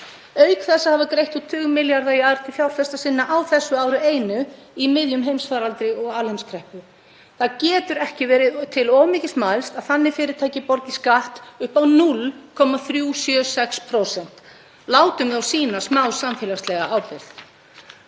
auk þess að hafa greitt út tugi milljarða í arð til fjárfesta sinna á þessu ári einu í miðjum heimsfaraldri og alheimskreppu. Það getur ekki verið til of mikils mælst að þannig fyrirtæki borgi skatt upp á 0,376%. Látum þá sýna smá samfélagslega ábyrgð.